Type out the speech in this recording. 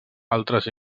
altres